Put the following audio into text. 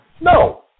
No